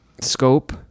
scope